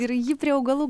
ir jį prie augalų